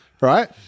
right